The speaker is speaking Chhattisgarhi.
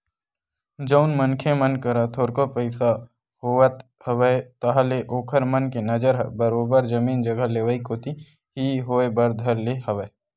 जउन मनखे मन करा थोरको पइसा होवत हवय ताहले ओखर मन के नजर ह बरोबर जमीन जघा लेवई कोती ही होय बर धर ले हवय